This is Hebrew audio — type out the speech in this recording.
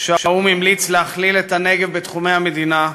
שהאו"ם המליץ להכליל את הנגב בתחומי המדינה,